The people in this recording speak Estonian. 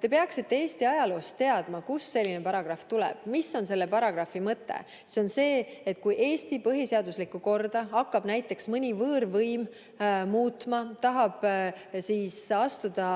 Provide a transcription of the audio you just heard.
Te peaksite Eesti ajaloost teadma, kust selline paragrahv tuleb ja mis on selle paragrahvi mõte. See on see, et kui Eesti põhiseaduslikku korda hakkab näiteks mõni võõrvõim muutma, tahab astuda